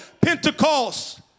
Pentecost